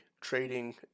trading